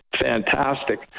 fantastic